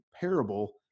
parable